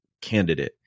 candidate